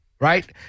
right